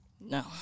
No